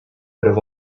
would